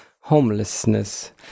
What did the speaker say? homelessness